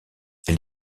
elle